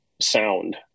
sound